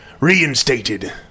reinstated